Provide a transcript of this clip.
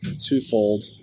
twofold